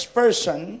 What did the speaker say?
person